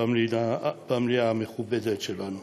במליאה המכובדת שלנו.